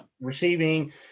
Receiving